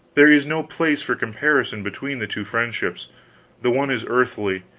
there is no place for comparison between the two friendships the one is earthly,